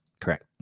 correct